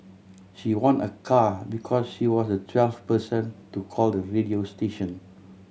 she won a car because she was the twelfth person to call the radio station